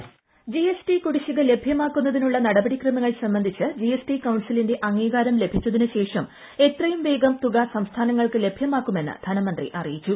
voice G S T കുടിശ്ശിക്രില്ട്യ്മാക്കുന്നതിനുള്ള നടപടിക്രമങ്ങൾ സംബന്ധിച്ചു ജി ടി കൌൺസിലിന്റ അംഗീകാരം ലഭിച്ചതിനുശേഷം എത്രയുംവേഗം തുക സംസ്ഥാനങ്ങൾക്ക് ലഭ്യമാക്കുമെന്ന് ധനമന്ത്രി അറിയിച്ചു